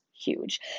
huge